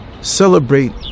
celebrate